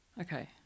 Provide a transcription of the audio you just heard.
Okay